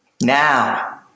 Now